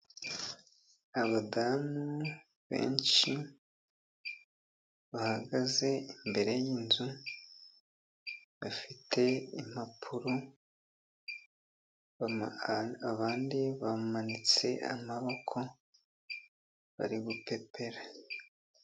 Abadamu benshi bahagaze imbere y'inzu, bafite impapuro, abandi bamanitse amaboko, bari gupepera.